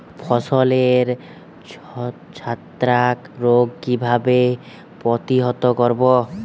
ফসলের ছত্রাক রোগ কিভাবে প্রতিহত করব?